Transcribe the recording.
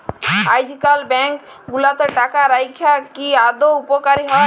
আইজকাল ব্যাংক গুলাতে টাকা রাইখা কি আদৌ উপকারী হ্যয়